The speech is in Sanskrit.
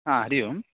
हा हरिः ओम्